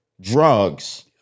Drugs